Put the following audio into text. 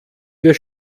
wir